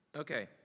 Okay